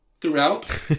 throughout